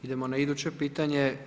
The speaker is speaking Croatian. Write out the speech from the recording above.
Idemo na iduće pitanje.